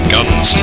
Guns